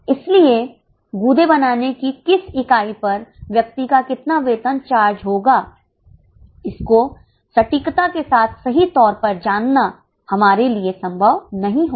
इसलिए गूदे बनाने की किस इकाई पर व्यक्ति का कितना वेतन चार्ज होगा इसको सटीकता के साथ सही तौर पर जानना हमारे लिए संभव नहीं होगा